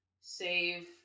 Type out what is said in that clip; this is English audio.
save